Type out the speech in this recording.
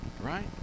right